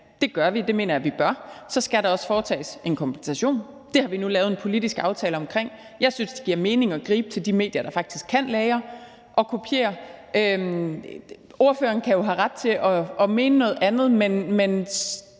det gør vi, og det mener jeg vi bør – skal der også foretages en kompensation. Det har vi nu lavet en politisk aftale omkring. Jeg synes, det giver mening at gribe til de medier, der faktisk kan lagre og kopiere. Spørgeren har ret til at mene noget andet, men